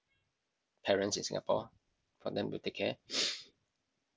parents in Singapore for them to take care